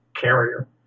carrier